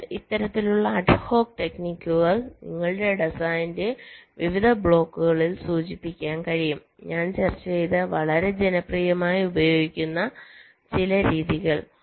അതിനാൽ ഇത്തരത്തിലുള്ള അഡ്ഹോക്ക് ടെക്നിക്കുകൾ നിങ്ങളുടെ ഡിസൈനിന്റെ വിവിധ ബ്ലോക്കുകളിൽ സൂചിപ്പിക്കാൻ കഴിയും ഞാൻ ചർച്ച ചെയ്ത വളരെ ജനപ്രിയമായി ഉപയോഗിക്കുന്ന ചില രീതികൾ